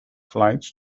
flights